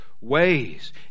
ways